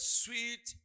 sweet